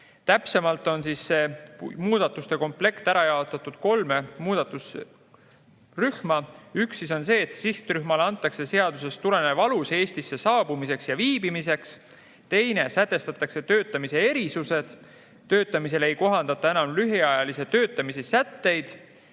Täpsemalt on see muudatuste komplekt jaotatud kolme rühma. Üks on see, et sihtrühmale antakse seadusest tulenev alus Eestisse saabumiseks ja siin viibimiseks. Teine on see, et sätestatakse töötamise erisused. Töötamisel ei kohaldata enam lühiajalise töötamise sätteid.